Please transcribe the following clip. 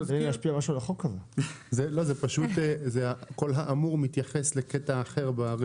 זה פשוט כל האמור מתייחס לקטע אחר.